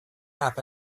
half